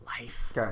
life